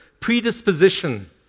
predisposition